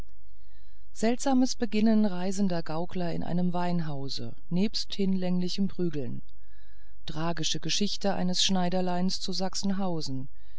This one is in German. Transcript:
seltsames beginnen reisender gaukler in einem weinhause nebst hinlänglichen prügeln tragische geschichte eines schneiderleins zu sachsenhausen